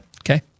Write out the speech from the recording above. Okay